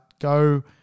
go